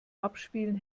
abspielen